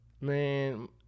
man